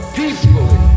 peacefully